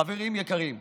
חברים יקרים,